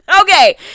okay